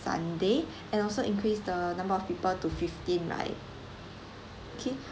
sunday and also increase the number of people to fifteen right okay